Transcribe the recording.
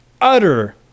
Utter